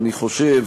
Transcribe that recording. אני חושב